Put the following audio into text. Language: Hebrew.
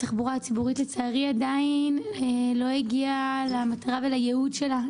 התחבורה הציבורית לצערי עדיין לא הגיעה למטרה ולייעוד שלה,